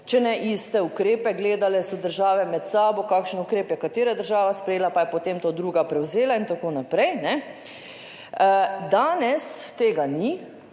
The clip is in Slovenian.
če ne iste ukrepe, gledale so države med sabo, kakšen ukrep je katera država sprejela, pa je potem to druga prevzela in tako naprej, ne danes tega ni.